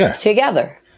together